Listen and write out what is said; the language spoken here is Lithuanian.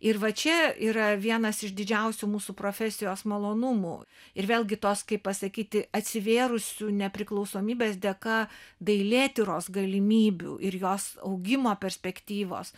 ir va čia yra vienas iš didžiausių mūsų profesijos malonumų ir vėlgi tos kaip pasakyti atsivėrusių nepriklausomybės dėka dailėtyros galimybių ir jos augimo perspektyvos